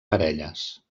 parelles